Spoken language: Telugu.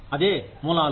అదే మూలాలు